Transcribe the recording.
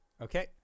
Okay